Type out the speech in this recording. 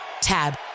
Tab